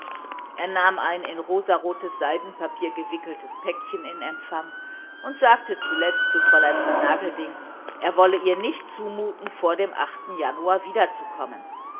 er nahm ein in rosenrotes seidenpapier gewickeltes päckchen in empfang und sagte zuletzt zu fräulein vernagelding er wolle ihr nicht zumuten vor dem januar